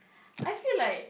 I feel like